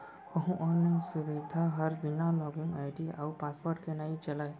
कोहूँ आनलाइन सुबिधा हर बिना लॉगिन आईडी अउ पासवर्ड के नइ चलय